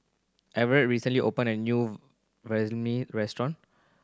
Everet recently opened a new Vermicelli restaurant